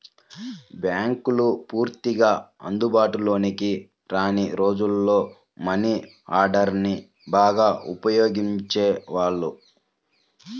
బ్యేంకులు పూర్తిగా అందుబాటులోకి రాని రోజుల్లో మనీ ఆర్డర్ని బాగా ఉపయోగించేవాళ్ళు